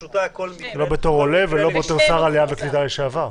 אדוני היה גם עולה וגם שר קליטה לשעבר.